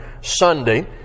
Sunday